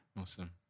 Awesome